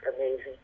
amazing